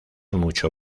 mucho